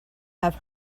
have